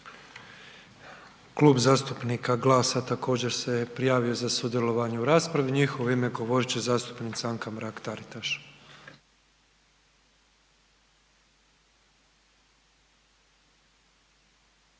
Klub zastupnika GLAS-a također se je prijavio za sudjelovanje u raspravi. U njihovo ime govorit će zastupnika Anka Mrak TAritaš.